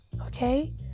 okay